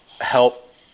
help